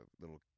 little